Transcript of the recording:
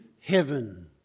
heaven